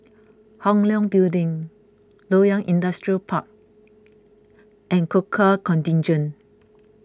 Hong Leong Building Loyang Industrial Park and Gurkha Contingent